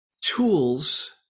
tools